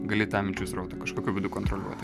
gali tą minčių srautą kažkokiu būdu kontroliuoti